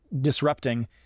disrupting